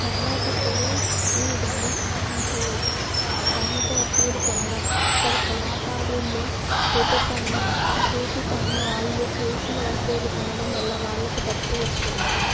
పర్యాటకులు ఈ విధంగా సహాయం చేయొచ్చు స్థానిక వస్తువులు కొనడం అక్కడి కళాకారులు చేతి పని చేతి పని వాళ్ళు చేసిన వస్తువులు కొనడం వల్ల వాళ్ళకు డప్పు వస్తుంది